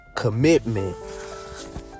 Commitment